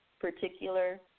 particular